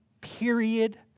period